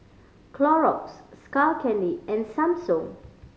Clorox Skull Candy and Samsung